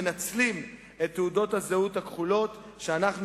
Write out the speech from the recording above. מנצלים את תעודות הזהות הכחולות שאנחנו